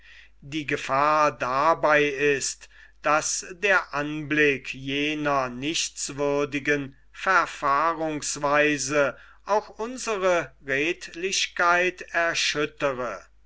die gefahr dabei ist daß der anblick jener nichtswürdigen verfahrungsweise auch unsre redlichkeit erschüttere